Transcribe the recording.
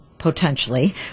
potentially